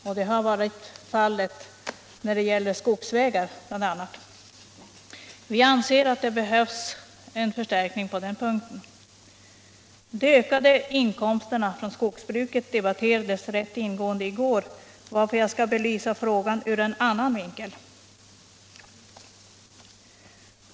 Så har varit fallet bl.a. när det gäller skogsvägar. Vi anser att det behövs en förstärkning på den punkten. De ökade inkomsterna från skogsbruket debatterades rätt ingående i går, varför jag skall belysa frågan ur en annan synvinkel.